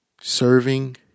serving